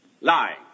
lying